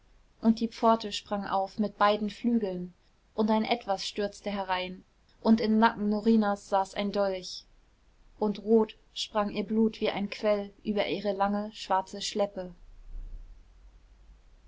und die pforte sprang auf mit beiden flügeln und ein etwas stürzte herein und im nacken norinas saß ein dolch und rot sprang ihr blut wie ein quell über ihre lange schwarze schleppe